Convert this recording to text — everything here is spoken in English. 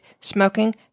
smoking